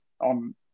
on